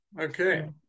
Okay